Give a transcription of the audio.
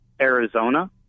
Arizona